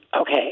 Okay